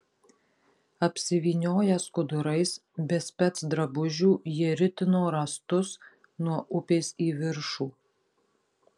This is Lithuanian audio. apsivynioję skudurais be specdrabužių jie ritino rąstus nuo upės į viršų